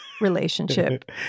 relationship